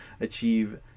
achieve